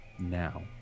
now